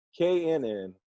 KNN